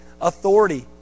authority